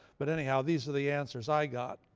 but anyhow these are the answers i got.